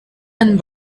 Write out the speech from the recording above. and